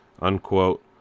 unquote